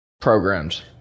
Programs